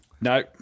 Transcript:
No